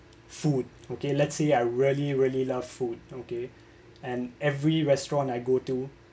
food okay let's say I really really love food okay and every restaurant I go to